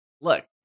look